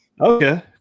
Okay